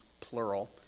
plural